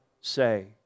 say